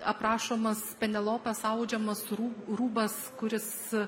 aprašomas penelopės audžiamas rū rūbas kuris